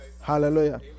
Hallelujah